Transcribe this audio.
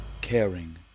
caring